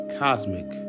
cosmic